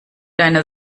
deine